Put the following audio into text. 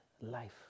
life